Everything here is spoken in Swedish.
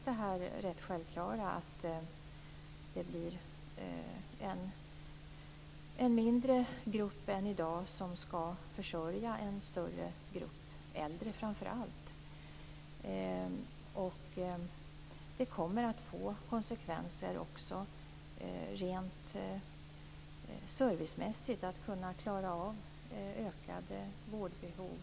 Det blir självklart en mindre grupp än i dag som skall försörja, framför allt, en större grupp äldre. Det kommer att få konsekvenser också rent servicemässigt när det gäller att klara av ökade vårdbehov.